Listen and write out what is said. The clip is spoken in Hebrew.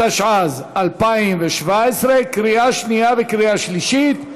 התשע"ז 2017, לקריאה שנייה וקריאה שלישית.